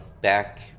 Back